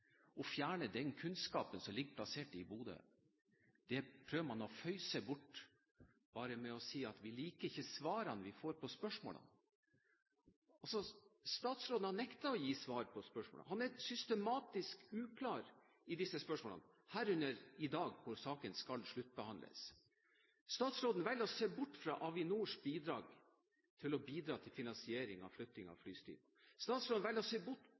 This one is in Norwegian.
og fjerne den kunnskapen som er plassert i Bodø – det prøver man å føyse bort med å si at vi ikke liker svarene vi får på spørsmålene. Statsråden har nektet å gi svar på spørsmål. Han er systematisk uklar i disse spørsmålene, herunder i dag, hvor saken skal sluttbehandles. Statsråden velger å se bort fra Avinors bidrag til finansiering av flytting av flystripe. Statsråden velger å se bort